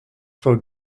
for